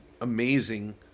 amazing